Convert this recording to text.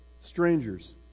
strangers